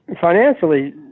financially